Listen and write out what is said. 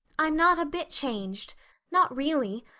i'm not a bit changed not really.